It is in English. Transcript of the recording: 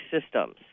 systems